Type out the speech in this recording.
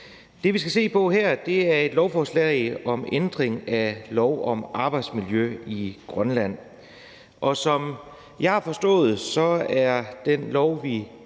Det, vi skal se på her, er et lovforslag om ændring af lov om arbejdsmiljø i Grønland. Og som jeg har forstået det, er den lov, vi